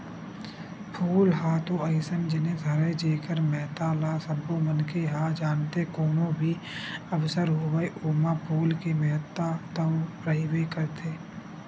फूल ह तो अइसन जिनिस हरय जेखर महत्ता ल सबो मनखे ह जानथे, कोनो भी अवसर होवय ओमा फूल के महत्ता तो रहिबे करथे